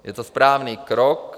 Je to správný krok.